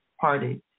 party